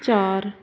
ਚਾਰ